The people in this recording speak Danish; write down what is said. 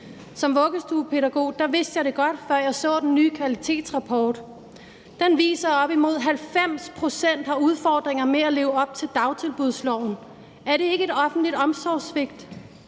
Som vuggestuepædagog vidste jeg det godt, før jeg så den nye kvalitetsrapport. Den viser, at op imod 90 pct. har udfordringer med at leve op til dagtilbudsloven. Er det ikke et offentligt omsorgssvigt?